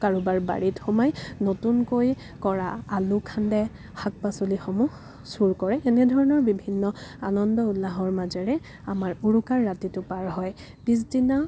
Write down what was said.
কাৰোবাৰ বাৰীত সোমাই নতুনকৈ কৰা আলু খান্দে শাক পাচলিসমূহ চোৰ কৰে এনেধৰণৰ বিভিন্ন আনন্দ উলাহৰ মাজেৰে আমাৰ উৰুকাৰ ৰাতিটো পাৰ হয় পিছদিনা